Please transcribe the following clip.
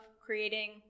creating